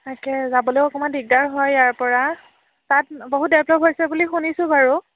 তাকে যাবলৈও অকণমান দিগদাৰ হয় ইয়াৰ পৰা তাত বহুত ডেভলপ হৈছে বুলি শুনিছোঁ বাৰু